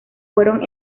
fueron